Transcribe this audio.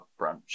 brunch